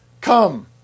come